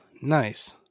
Nice